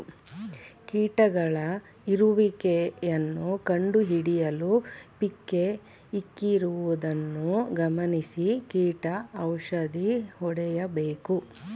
ಕೀಟಗಳ ಇರುವಿಕೆಯನ್ನು ಕಂಡುಹಿಡಿಯಲು ಪಿಕ್ಕೇ ಇಕ್ಕಿರುವುದನ್ನು ಗಮನಿಸಿ ಕೀಟ ಔಷಧಿ ಹೊಡೆಯಬೇಕು